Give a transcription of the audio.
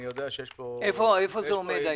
איפה זה עומד?